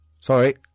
Sorry